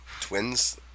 Twins